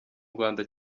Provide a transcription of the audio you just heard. rwanda